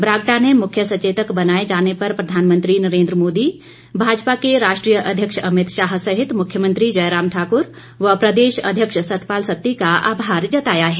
बरागटा ने मुख्य सचेतक बनाये जाने पर प्रधानमंत्री नरेन्द्र मोदी भाजपा के राष्ट्रीय अध्यक्ष अमित शाह सहित मुख्यमंत्री जयराम ठाकर व प्रदेश अध्यक्ष सतपाल सती का आभार जताया है